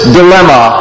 dilemma